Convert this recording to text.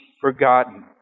forgotten